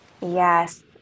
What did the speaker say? Yes